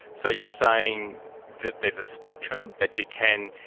so you're saying that there's a spectrum? that you can.